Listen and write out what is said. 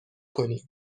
کنیم